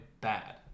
bad